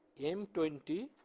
m twenty